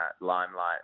limelight